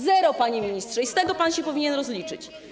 Zero, panie ministrze, i z tego pan się powinien rozliczyć.